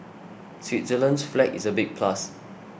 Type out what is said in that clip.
Switzerland's flag is a big plus